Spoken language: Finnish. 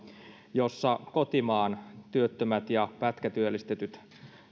jossa kotimaan työttömät ja pätkätyöllistetyt